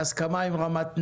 בהסכמה עם רמת נגב,